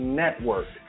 network